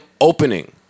opening